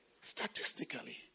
statistically